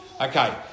Okay